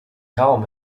raum